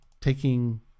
taking